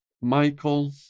Michael